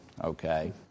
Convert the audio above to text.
okay